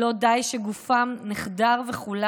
לא די שגופם של הנפגעים נחדר וחולל,